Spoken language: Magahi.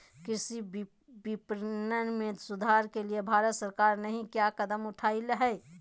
कृषि विपणन में सुधार के लिए भारत सरकार नहीं क्या कदम उठैले हैय?